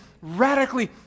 radically